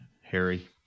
Harry